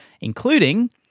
including